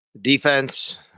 Defense